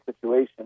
situation